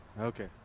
Okay